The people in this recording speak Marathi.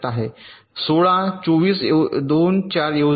16 2 4 ऐवजी नाही